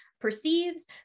perceives